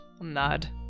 Nod